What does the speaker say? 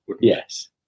Yes